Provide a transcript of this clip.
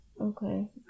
Okay